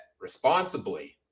responsibly